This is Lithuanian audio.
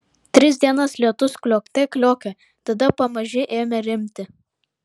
tris dienas lietus kliokte kliokė tada pamaži ėmė rimti